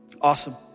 Awesome